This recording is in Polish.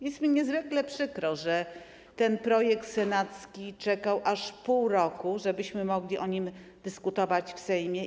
Jest mi niezwykle przykro, że ten projekt senacki czekał aż pół roku, żebyśmy mogli o nim dyskutować w Sejmie.